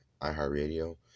iHeartRadio